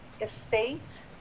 Estate